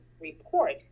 report